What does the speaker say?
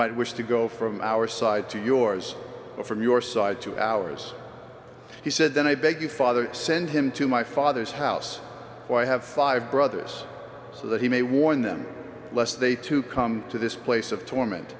might wish to go from our side to yours or from your side to ours he said then i beg you father send him to my father's house why have five brothers so that he may warn them lest they to come to this place of torment